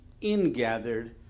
ingathered